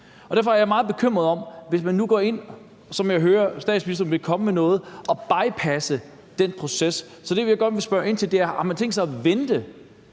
Derfor er jeg meget bekymret for, hvis man nu går ind – jeg hører, at statsministeren vil komme med noget – og bypasser den proces. Så det, jeg godt vil spørge ind til, er, om man har tænkt sig at vente